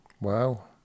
Wow